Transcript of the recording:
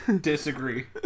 Disagree